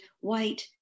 white